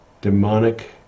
demonic